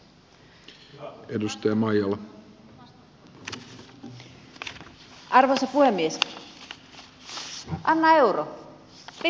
arvoisa puhemies